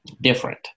different